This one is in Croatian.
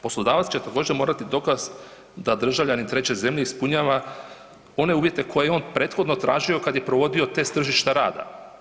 Poslodavac će također morati dokaz da državljanin treće zemlje ispunjava one uvjete koje je on prethodno tražio kad je provodio test tržišta rada.